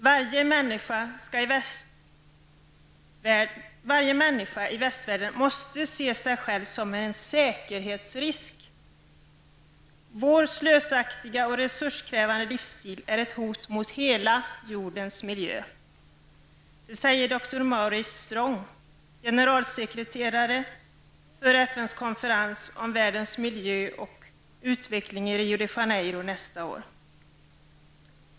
''Varje människa i västvärlden måste se sig själv som en säkerhetsrisk. Vår slösaktiga och resurskrävande livsstil är ett hot mot hela jordens miljö.'' Så säger doktor Maurice Strong, generalsekreterare för FNs konferens i Rio de Janeiro nästa år om världens miljö och utveckling.